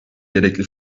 gerekli